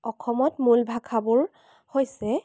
অসমত মূল ভাষাবোৰ হৈছে